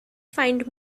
find